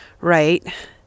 right